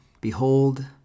behold